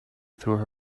through